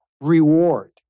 reward